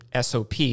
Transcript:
SOP